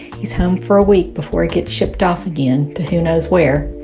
he's home for a week before he gets shipped off again to who knows where.